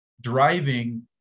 driving